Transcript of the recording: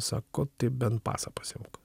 sako tai bent pasą pasiimk